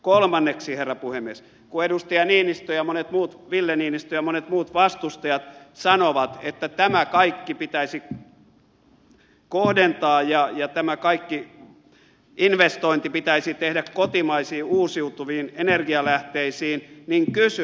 kolmanneksi herra puhemies kun edustaja ville niinistö ja monet muut vastustajat sanovat että tämä kaikki pitäisi kohdentaa ja tämä kaikki investointi tehdä kotimaisiin uusiutuviin energialähteisiin niin kysyn